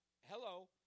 Hello